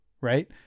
Right